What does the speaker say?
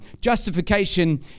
Justification